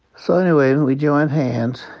so anyway and we joined hands.